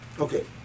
Okay